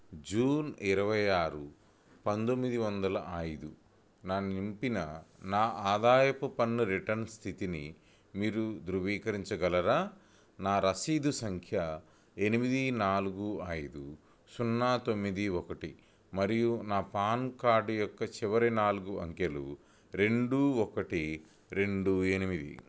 June ఇరవై ఆరు పంతొమ్మిది వందల ఐదు నేను నింపిన నా ఆదాయపు పన్ను రిటర్న్ స్థితిని మీరు ధృవీకరించగలరా నా రసీదు సంఖ్య ఎనిమిది నాలుగు ఐదు సున్నా తొమ్మిది ఒకటి మరియు నా పాన్ కార్డు యొక్క చివరి నాలుగు అంకెలు రెండు ఒకటి రెండు ఎనిమిది